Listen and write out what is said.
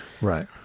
right